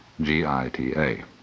G-I-T-A